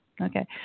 Okay